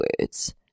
words